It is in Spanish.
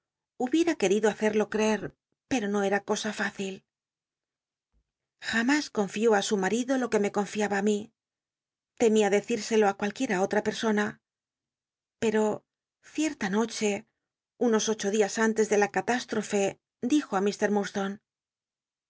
hubiera querido hacel'lo creer pero no era cosa f ícil jam is confió i su marido lo que me confiaba á mi temía decit'sclo á cualquiera otra persona pero cietla noche unos ocho dias antes de la cahisttofc dij o